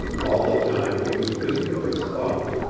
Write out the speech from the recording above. all the time he was busy with his thoughts.